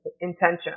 intention